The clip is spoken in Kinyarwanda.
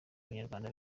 abanyarwanda